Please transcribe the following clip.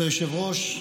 כבוד היושב-ראש,